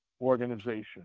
Organization